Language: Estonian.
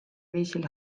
viisil